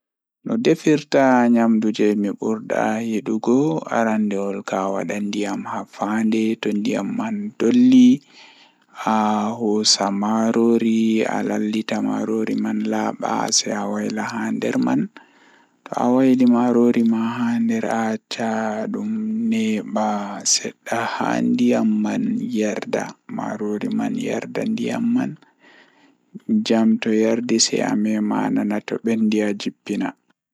No defirta nyamdu jei mi buri yidugo, Aradewol kam awada ndiyam haa fande to ndiyam man dolli ahoosa marori alallita maroori man laaba sei awaila haa nder man to awaili marori ma haa nder nden a acca dum neeba sedda haa marori man yarda ndiyam man sei amemma anana to bendi sei ajippina.